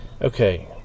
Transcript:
Okay